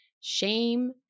shame